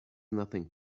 nothing